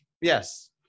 Yes